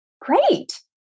Great